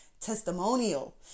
testimonial